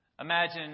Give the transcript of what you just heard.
Imagine